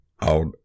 out